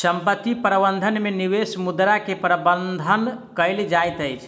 संपत्ति प्रबंधन में निवेश मुद्रा के प्रबंधन कएल जाइत अछि